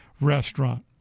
Restaurant